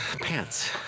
Pants